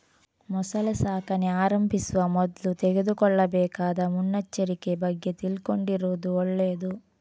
ಮೊಸಳೆ ಸಾಕಣೆ ಆರಂಭಿಸುವ ಮೊದ್ಲು ತೆಗೆದುಕೊಳ್ಳಬೇಕಾದ ಮುನ್ನೆಚ್ಚರಿಕೆ ಬಗ್ಗೆ ತಿಳ್ಕೊಂಡಿರುದು ಒಳ್ಳೇದು